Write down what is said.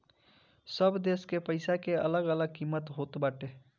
सब देस के पईसा के अलग अलग किमत होत बाटे